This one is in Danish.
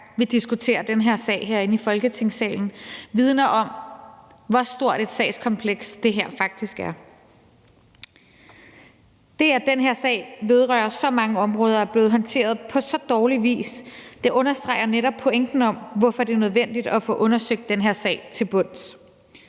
vi diskuterer den her sag herinde i Folketingssalen, vidner om, hvor stort et sagskompleks det her faktisk er. Det, at den her sag vedrører så mange områder og er blevet håndteret på så dårlig vis, understreger netop pointen om, hvorfor det er nødvendigt at få undersøgt den her sag til bunds.